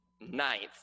ninth